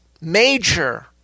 major